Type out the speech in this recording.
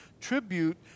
tribute